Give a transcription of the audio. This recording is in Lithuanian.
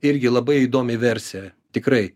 irgi labai įdomi versija tikrai